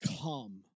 come